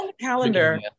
calendar